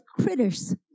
critters